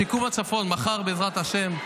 שיקום הצפון, מחר, בעזרת השם,